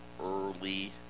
early